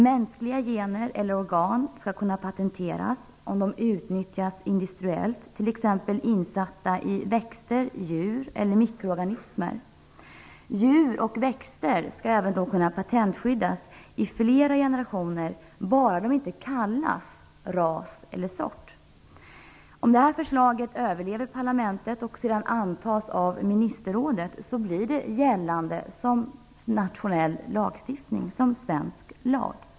Mänskliga gener eller organ skall kunna patenteras om de utnyttjas industriellt, t.ex. insatta i växter, djur eller mikroorganismer. Djur och växter skall då även kunna patentskyddas i flera generationer, bara de inte kallas ras eller sort. Om det här förslaget överlever behandlingen i parlamentet och sedan antas i ministerrådet blir det gällande som nationell lagstiftning, som svensk lag.